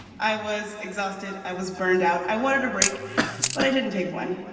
i was exhausted, i was burned out. i wanted a break but i didn't take one.